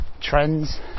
trends